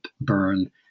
burn